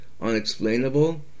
unexplainable